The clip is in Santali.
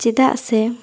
ᱪᱮᱫᱟᱜ ᱥᱮ